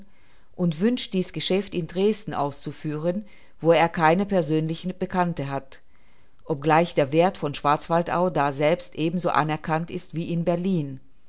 und wünscht dieß geschäft in dresden auszuführen wo er keine persönliche bekannte hat obgleich der werth von schwarzwaldau daselbst eben so anerkannt ist wie in berlin